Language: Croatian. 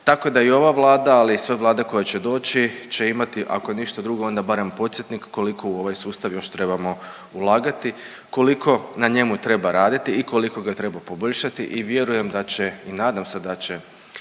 tako da i ova Vlada, ali i sve Vlade koje će doći će imati ako ništa drugo onda barem podsjetnik koliko u ovaj sustav još trebamo ulagati, koliko na njemu treba raditi i koliko ga treba poboljšati i vjerujem da će i nadam se da će